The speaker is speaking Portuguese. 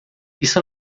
isso